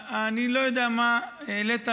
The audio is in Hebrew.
אני לא יודע מה העלית,